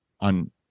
on